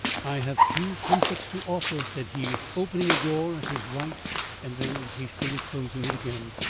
i have few comforts to offer, said he, opening a door at his right and then hastily closing it again.